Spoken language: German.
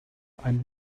ein